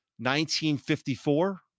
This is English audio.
1954